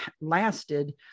lasted